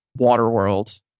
Waterworld